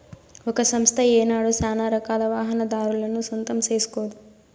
ఒక సంస్థ ఏనాడు సానారకాల వాహనాదారులను సొంతం సేస్కోదు